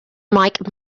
mike